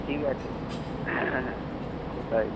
ঠিক আছে কোথায়